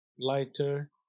lighter